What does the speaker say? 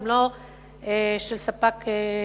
והן לא של ספק מסוים,